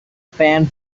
pan